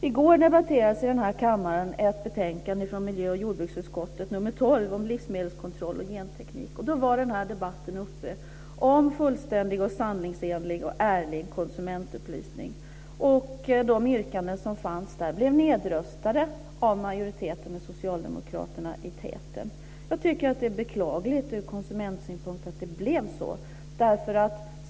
I går debatterades här i kammaren betänkande nr 12 från miljö och jordbruksutskottet om livsmedelskontroll och genteknik. Då fördes debatten om fullständig, sanningsenlig och ärlig konsumentupplysning. De yrkanden som fanns där blev nedröstade av majoriteten med socialdemokraterna i täten. Jag tycker att det är beklagligt ur konsumentsynpunkt att det blev så.